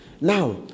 Now